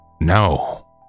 no